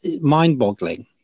mind-boggling